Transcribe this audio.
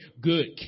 good